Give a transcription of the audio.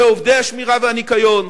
בעובדי השמירה והניקיון,